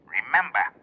Remember